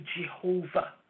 Jehovah